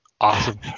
Awesome